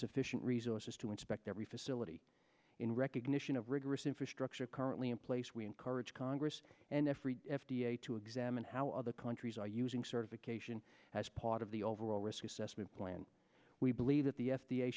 sufficient resources to inspect every facility in recognition of rigorous infrastructure currently in place we encourage congress and every f d a to examine how other countries are using certification as part of the overall risk assessment plan we believe that the f